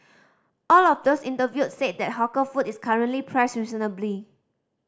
all of those interviewed said that hawker food is currently priced reasonably